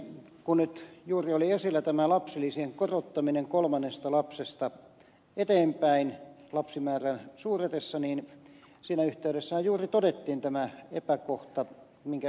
kun nyt juuri oli esillä tämä lapsilisien korottaminen kolmannesta lapsesta eteenpäin lapsimäärän suuretessa niin siinä yhteydessähän juuri todettiin tämä epäkohta minkä ed